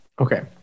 Okay